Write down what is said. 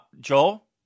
Joel